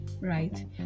Right